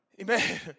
Amen